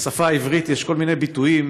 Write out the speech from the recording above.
בשפה העברית יש כל מיני ביטויים